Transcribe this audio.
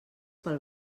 pel